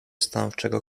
stanowczego